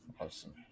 awesome